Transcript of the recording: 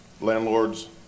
Landlords